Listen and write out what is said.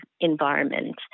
environment